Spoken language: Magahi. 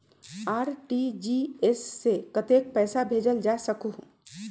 आर.टी.जी.एस से कतेक पैसा भेजल जा सकहु???